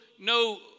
no